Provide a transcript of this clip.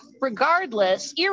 regardless